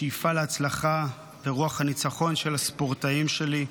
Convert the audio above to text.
השאיפה להצלחה ורוח הניצחון של הספורטאים שלי,